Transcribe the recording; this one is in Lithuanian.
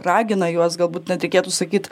ragina juos galbūt net reikėtų sakyt